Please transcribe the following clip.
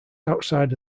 outside